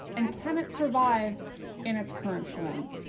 and can it survive in its current form?